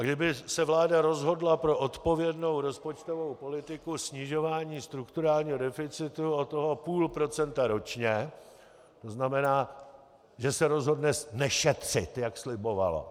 A kdyby se vláda rozhodla pro odpovědnou rozpočtovou politiku snižování strukturálního deficitu o toho půl procenta ročně, tzn. že se rozhodne nešetřit, jak slibovala.